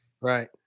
Right